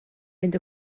fynd